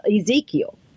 Ezekiel